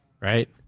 right